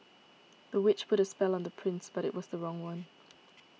the witch put a spell on the prince but it was the wrong one